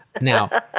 Now